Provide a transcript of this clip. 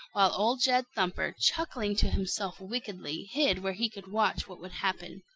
while old jed thumper, chuckling to himself wickedly, hid where he could watch what would happen.